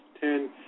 Ten